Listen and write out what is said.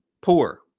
poor